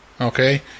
Okay